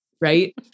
right